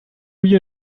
you